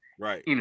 right